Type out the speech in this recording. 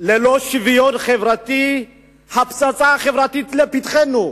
שללא שוויון חברתי הפצצה החברתית לפתחנו.